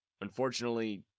Unfortunately